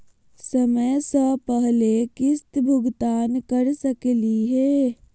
समय स पहले किस्त भुगतान कर सकली हे?